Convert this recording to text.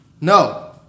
No